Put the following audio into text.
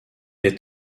est